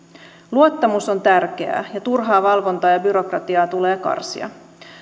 luottamus on tärkeää ja turhaa valvontaa ja byrokratiaa tulee karsia